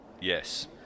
yes